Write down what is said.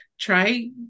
try